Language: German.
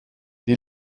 die